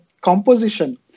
composition